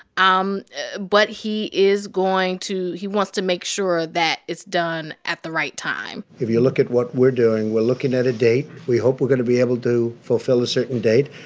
um but he is going to he wants to make sure that it's done at the right time if you look at what we're doing, we're looking at a date. we hope we're going to be able to fulfill a certain date,